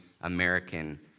American